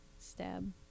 stab